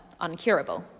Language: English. uncurable